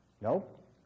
nope